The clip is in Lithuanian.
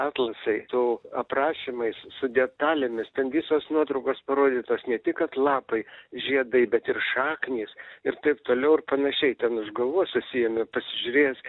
atlasai su aprašymais su detalėmis ten visos nuotraukos parodytos ne tik kad lapai žiedai bet ir šaknys ir taip toliau ir panašiai ten už galvos susiimi pažiūręs